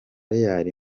real